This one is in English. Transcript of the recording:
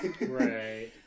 Right